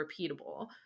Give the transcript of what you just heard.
repeatable